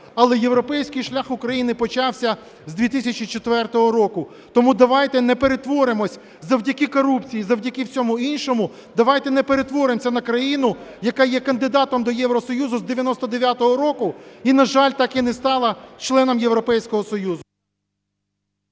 Але європейський шлях України почався з 2004 року. Тому давайте не перетворимося завдяки корупції, завдяки всьому іншому, давайте не перетворимося на країну, яка є кандидатом до Європейського Союзу з 99-го року і, на жаль, так і не стала членом Європейського Союзу.